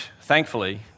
thankfully